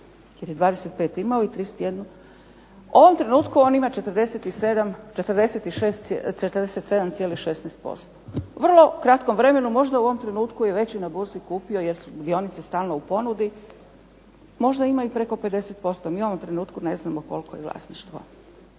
jel je 25 imao i 31. U ovom trenutku on ima 47,16%. Vrlo kratko vremenu možda u ovom trenutku već je na burzi kupio jer su dionice stalno u ponudi. Možda ima i preko 50% mi u ovom trenutku ne znamo koliko je vlasništvo.